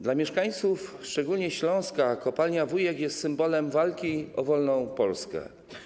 Dla mieszkańców szczególnie Śląska kopalnia Wujek jest symbolem walki o wolną Polskę.